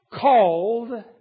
called